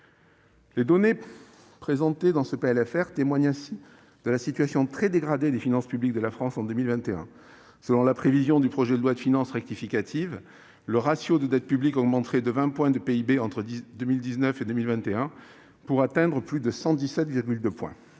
Les données présentées dans ce PLFR témoignent ainsi de la situation très dégradée des finances publiques de la France en 2021. Selon la prévision du projet de loi de finances rectificative, le ratio de dette publique augmenterait de 20 points de PIB entre 2019 et 2021, pour atteindre plus de 117,2 %